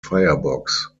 firebox